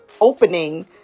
opening